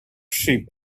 sheep